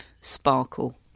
sparkle